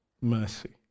mercy